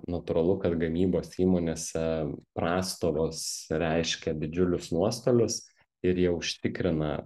natūralu kad gamybos įmonėse prastovos reiškia didžiulius nuostolius ir jie užtikrina